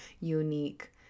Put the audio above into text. unique